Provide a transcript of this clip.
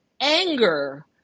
anger